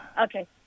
Okay